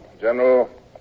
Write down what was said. General